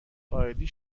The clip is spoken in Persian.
قائدی